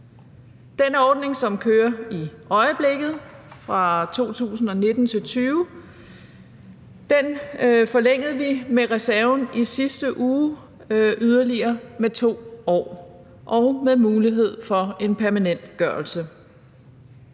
Den ordning, som kører i øjeblikket, løber fra 2019 til 2020, og den forlængede vi med reserven i sidste uge med yderligere 2 år og med mulighed for en permanentgørelse.